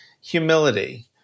humility